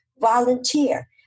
volunteer